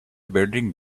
building